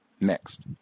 Next